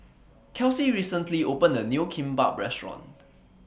Kelsea recently opened A New Kimbap Restaurant